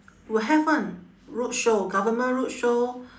will have [one] road show government road show